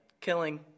killing